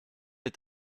est